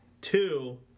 two